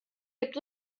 gibt